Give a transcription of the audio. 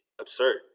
absurd